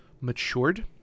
matured